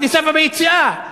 בכניסה וביציאה.